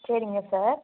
சரிங்க சார்